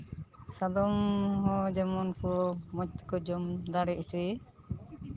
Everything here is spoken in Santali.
ᱥᱟᱫᱚᱢ ᱦᱚᱸ ᱡᱮᱢᱚᱱ ᱠᱚ ᱢᱚᱡᱽ ᱛᱮᱠᱚ ᱡᱚᱢ ᱫᱟᱲᱮ ᱦᱚᱪᱚᱭᱮ